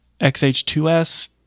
XH2S